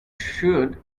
should